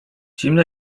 zimne